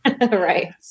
Right